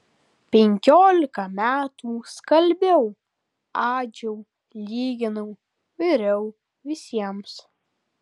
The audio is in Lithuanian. penkiolika metų skalbiau adžiau lyginau viriau visiems